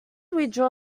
withdraw